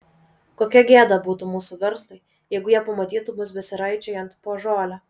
kokia gėda būtų mūsų verslui jeigu jie pamatytų mus besiraičiojant po žolę